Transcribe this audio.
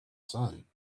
sun